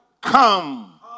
come